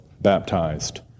baptized